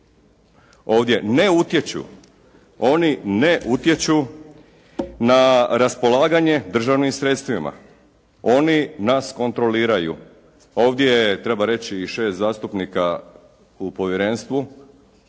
ovdje ne utječu. Oni ne utječu na raspolaganje državnim sredstvima. Oni nas kontroliraju. Ovdje je treba reći i 6 zastupnika u povjerenstvu